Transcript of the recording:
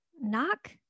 knock